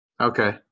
Okay